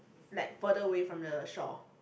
like further away from the shore